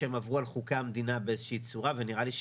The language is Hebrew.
שהם עברו על חוקי המדינה באיזושהי צורה ונראה לי,